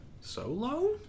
Solo